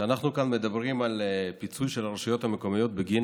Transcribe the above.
שאנחנו כאן מדברים על פיצוי הרשויות המקומיות בגין